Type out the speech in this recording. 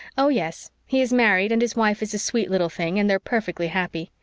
oh, yes. he is married and his wife is a sweet little thing and they're perfectly happy.